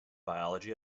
biology